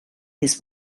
his